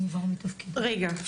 רגע,